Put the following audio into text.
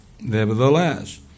Nevertheless